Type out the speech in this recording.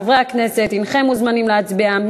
חברי כנסת, הנכם מוזמנים להצביע.